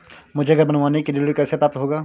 मुझे घर बनवाने के लिए ऋण कैसे प्राप्त होगा?